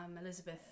Elizabeth